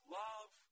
love